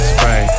Spray